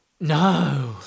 no